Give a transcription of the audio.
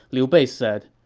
liu bei said,